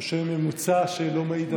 או שהם ממוצע שלא מעיד על,